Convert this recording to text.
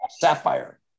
sapphire